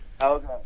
Okay